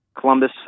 Columbus